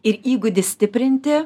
ir įgūdį stiprinti